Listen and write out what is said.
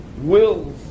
wills